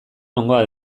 nongoa